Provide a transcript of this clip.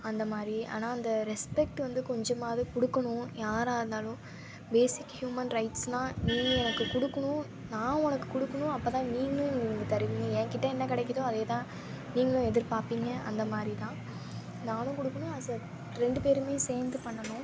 அந்த மாதிரி ஆனால் அந்த ரெஸ்பெக்ட் வந்து கொஞ்சமாவது கொடுக்கணும் யாராக இருந்தாலும் பேஸிக் ஹியூமன் ரைட்ஸ்ன்னா நீ எனக்கு கொடுக்கணும் நான் உனக்கு கொடுக்கணும் அப்போ தான் நீங்களும் எங்களுக்கு தருவீங்க எங்கிட்ட என்ன கிடைக்குதோ அதே தான் நீங்களும் எதிர்பார்ப்பிங்க அந்த மாதிரி தான் நானும் கொடுக்கணும் அஸ் எ ரெண்டு பேருமே சேர்ந்து பண்ணணும்